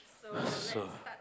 so